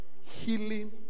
healing